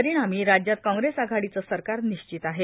परिणामी राज्यात काँग्रेस आघाडीचे सरकार निश्चित आहे